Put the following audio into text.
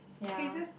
ya